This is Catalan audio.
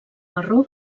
marró